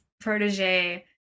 protege